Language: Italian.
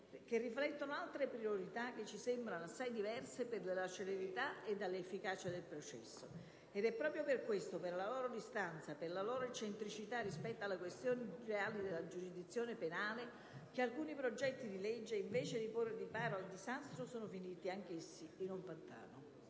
che riflette priorità che ci sembrano assai diverse dalla celerità e dall'efficacia del processo. Ed è proprio per questo, per la loro distanza e per la loro eccentricità rispetto alle questioni reali della giurisdizione penale, che alcuni progetti di legge, invece di porre riparo al disastro, sono finiti anch'essi in un pantano.